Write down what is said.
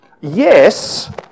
yes